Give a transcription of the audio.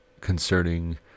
concerning